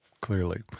clearly